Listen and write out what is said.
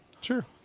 Sure